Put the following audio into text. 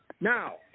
Now